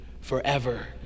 forever